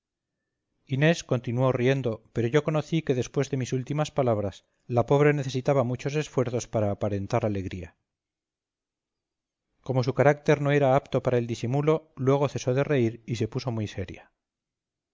inés continuó riendo pero yo conocí que después de mis últimas palabras la pobre necesitaba muchos esfuerzos para aparentar alegría como su carácter no era apto para el disimulo luego cesó de reír y se puso muy seria